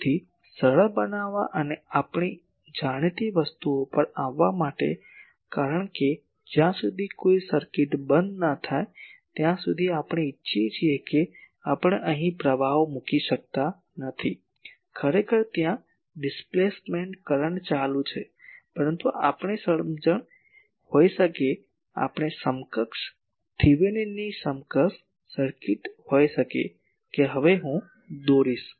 તેથી સરળ બનાવવા અને આપણી જાણીતી વસ્તુઓ પર આવવા માટે કારણ કે જ્યાં સુધી સર્કિટ બંધ ન થાય ત્યાં સુધી આપણે ઇચ્છીએ છીએ કે આપણે અહીં પ્રવાહો મૂકી શકતા નથી ખરેખર ત્યાં ડિસ્પ્લેસમેન્ટ કરંટ ચાલુ છે પરંતુ આપણી સમજણ હોઈ શકે આપણી સમકક્ષ થિવેનિનની સમકક્ષ સર્કિટ હોઈ શકે કે હવે હું દોરીશ